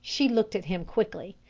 she looked at him quickly.